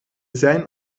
zijn